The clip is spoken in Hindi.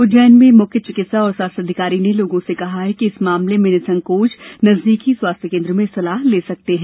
उज्जैन में मुख्य चिकित्सा एवं स्वास्थ्य अधिकारी ने लोगों इस मामले में निःसंकोच नजदीकी स्वास्थ्य केन्द्र में सलाह ले सकते हैं